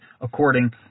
according